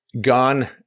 gone